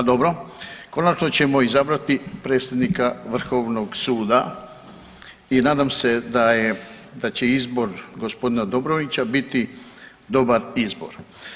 A dobro, konačno ćemo izabrati predsjednik Vrhovnog suda i nadam se da će izbor gospodina Dobronića biti dobar izbor.